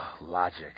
logic